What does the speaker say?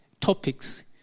topics